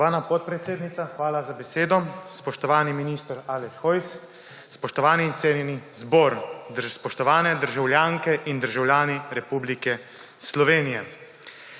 Spoštovana podpredsednica, hvala za besedo. Spoštovani minister Aleš Hojs, spoštovani in cenjeni zbor, spoštovane državljanke in državljani Republike Slovenije!